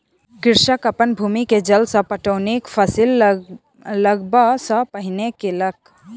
कृषक अपन भूमि के जल सॅ पटौनी फसिल लगबअ सॅ पहिने केलक